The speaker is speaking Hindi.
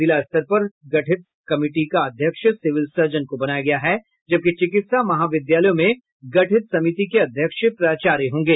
जिला स्तर पर गठित कमिटी का अध्यक्ष सिविल सर्जन को बनाया गया है जबकि चिकित्सा महाविद्यालयों में गठित समिति के अध्यक्ष प्राचार्य होंगे